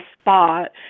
spot